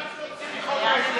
זה רק להוציא מחוק ההסדרים?